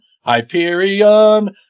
Hyperion